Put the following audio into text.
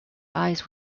eyes